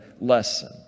lesson